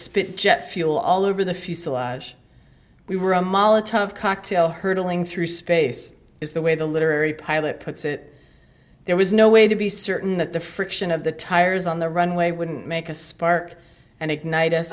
spit jet fuel all over the fuselage we were amala tough cocktail hurdling through space is the way the literary pilot puts it there was no way to be certain that the friction of the tires on the runway wouldn't make a spark and ignite us